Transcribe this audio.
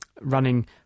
running